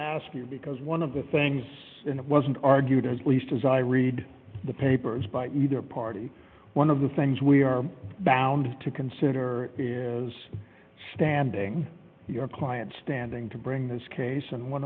ask you because one of the things and it wasn't argued as least as i read the papers by either party one of the things we are bound to consider is standing your client standing to bring this case and one